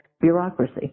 bureaucracy